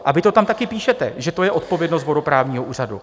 A vy to tam taky píšete, že to je odpovědnost vodoprávního úřadu.